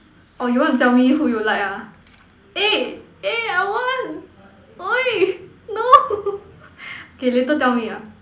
oh you want to tell me who you like ah eh eh I want !oi! no okay later tell me ah